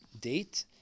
date